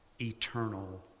eternal